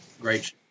Great